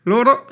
Loro